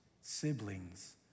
siblings